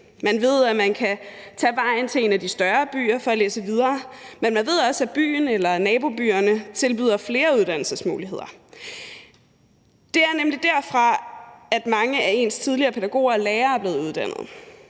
Man ved, at man kan tage vejen til en af de større byer for at læse videre, men man ved også, at byen eller nabobyerne tilbyder flere uddannelsesmuligheder, for det er nemlig der, at mange af ens tidligere pædagoger og lærere er blevet uddannet.